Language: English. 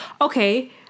Okay